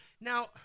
Now